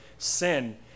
Sin